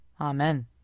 Amen